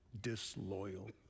disloyal